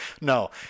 No